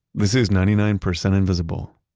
this is ninety nine percent invisible.